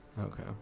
Okay